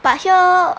but here